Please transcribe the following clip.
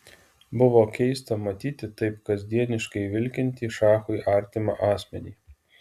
buvo keista matyti taip kasdieniškai vilkintį šachui artimą asmenį